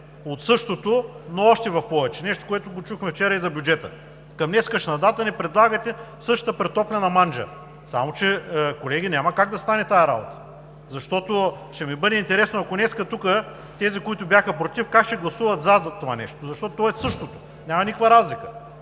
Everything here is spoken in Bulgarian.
от същото, но още в повече. Нещо, което чухме и вчера за бюджета. Към днешна дата ни предлагате същата претоплена манджа, само че, колеги, няма как да стане тази работа. Ще ми бъде интересно, днес тези, които бяха против, как ще гласуват за това нещо, защото то е същото, няма никаква разлика.